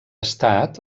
estat